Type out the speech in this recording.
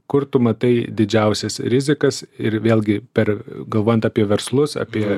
kur tu matai didžiausias rizikas ir vėlgi per galvojant apie verslus apie